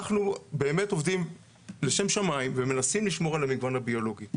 אנחנו באמת עובדים לשם שמיים ומנסים לשמור על המגוון הביולוגי.